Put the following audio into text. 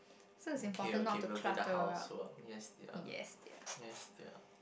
okay okay will do the housework yes dear yes dear